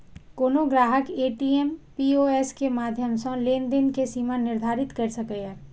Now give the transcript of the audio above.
कोनो ग्राहक ATM, POS के माध्यम सं लेनदेन के सीमा निर्धारित कैर सकैए